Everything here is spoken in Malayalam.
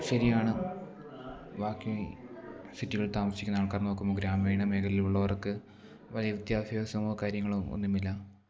ശരിയാണ് ബാക്കി സിറ്റികൾ താമസിക്കുന്ന ആൾക്കാർ നോക്കുമ്പം ഗ്രമീണ മേഖലയിലുള്ളവർക്ക് വലിയ വിദ്യാഭ്യാസമോ കാര്യങ്ങളോ ഒന്നുമില്ല